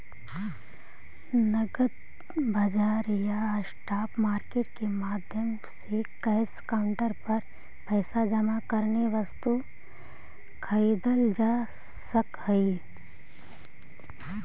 नगद बाजार या स्पॉट मार्केट के माध्यम से कैश काउंटर पर पैसा जमा करके वस्तु खरीदल जा सकऽ हइ